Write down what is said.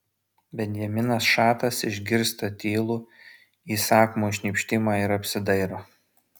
benjaminas šatas išgirsta tylų įsakmų šnypštimą ir apsidairo